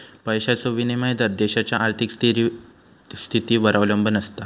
पैशाचो विनिमय दर देशाच्या आर्थिक स्थितीवर अवलंबून आसता